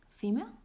Female